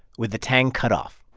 with the tang cut off